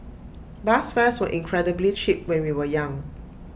bus fares were incredibly cheap when we were young